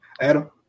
Adam